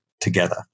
together